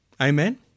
Amen